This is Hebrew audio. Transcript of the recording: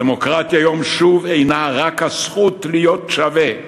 הדמוקרטיה היום שוב אינה רק הזכות להיות שווה,